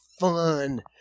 fun